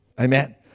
Amen